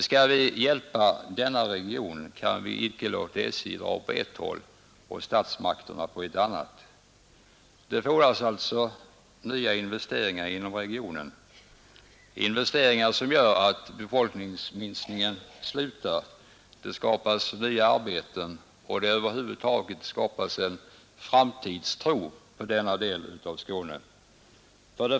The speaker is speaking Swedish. Skall vi hjälpa denna region kan vi inte låta SJ arbeta i en riktning och statsmakterna i en annan, Det fordras alltså nyinvesteringar inom regionen, investeringar som skulle göra att folkminskningen slutar, att det skapas nya arbetstillfällen och att det över huvud taget skapas en framtidstro på denna del av Skåne.